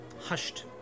hushed